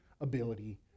ability